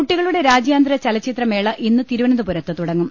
കുട്ടികളുടെ രാജ്യാന്തര ചലച്ചിത്രമേള ഇന്ന് തിരുവനന്തപുരത്ത് തുടങ്ങും